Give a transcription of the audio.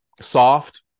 soft